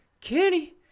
Kenny